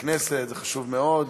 זה חשוב מאוד.